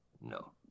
No